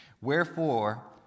Wherefore